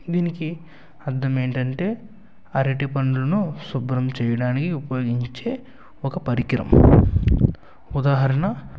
దీనికి అద్దమేంటంటే అరటి పండ్లను శుభ్రం చేయడానికి ఉపయోగించే ఒక పరికరం ఉదాహరణ